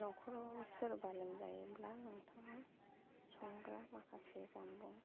नख'राव सोरबा लोमजायोब्ला नोंथाङा संग्रा माखासे जामुं